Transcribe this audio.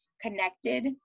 connected